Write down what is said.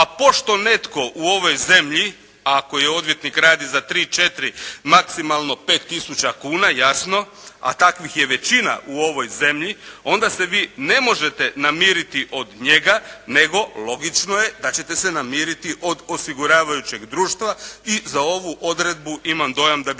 A pošto netko u ovoj zemlji, a ako odvjetnik radi ta tri, četiri, maksimalno 5000 kuna jasno, a takvih je većina u ovoj zemlji, onda se vi ne možete namiriti od njega, nego logično je da ćete se namiriti od osiguravajućeg društva i za ovu odredbu imam dojam da bi